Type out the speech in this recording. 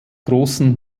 großen